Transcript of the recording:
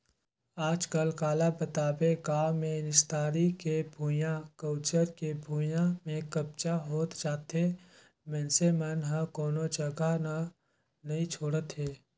आजकल काला बताबे गाँव मे निस्तारी के भुइयां, गउचर के भुइयां में कब्जा होत जाथे मइनसे मन ह कोनो जघा न नइ छोड़त हे